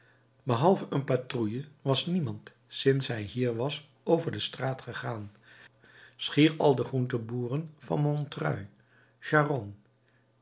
behalve een patrouille was niemand sinds hij hier was over de straat gegaan schier al de groenteboeren van montreuil charonne